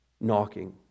knocking